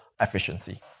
efficiency